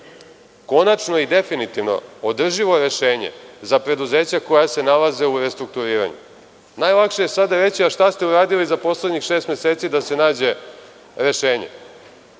konačno i definitivno održivo rešenje za preduzeća koja se nalaze u restrukturiranju. Najlakše je sada reći – šta ste uradili za poslednjih šest meseci da se nađe rešenje?